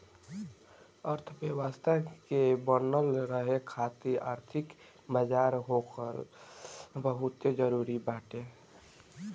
अर्थव्यवस्था के बनल रहे खातिर आर्थिक बाजार होखल बहुते जरुरी बाटे